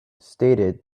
stated